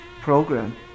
program